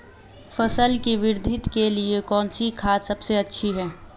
फसल की वृद्धि के लिए कौनसी खाद सबसे अच्छी है?